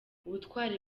ubutwari